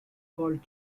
called